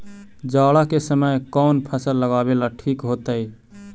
जाड़ा के समय कौन फसल लगावेला ठिक होतइ?